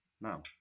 now